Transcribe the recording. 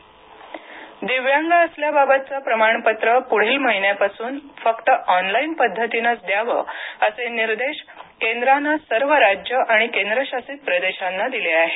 दिव्यांग प्रमाणपत्र दिव्यांग असल्याबाबतचं प्रमाणपत्र पुढील महिन्यापासून फक्त ऑनलाईन पद्धतीनंच द्याव असे निर्देश केंद्रानं सर्व राज्य आणि केंद्र शासित प्रदेशांना दिले आहेत